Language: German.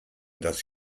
dass